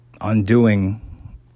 undoing